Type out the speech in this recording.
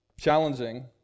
Challenging